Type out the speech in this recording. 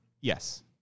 Yes